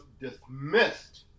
dismissed